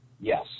Yes